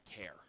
care